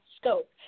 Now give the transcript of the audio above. scope